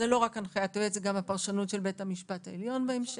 זו לא רק הנחיית היועץ אלא זו גם הפרשנות של בית המשפט העליון בהמשך,